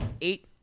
eight